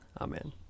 Amen